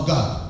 God